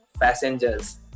passengers